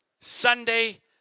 Sunday